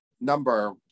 number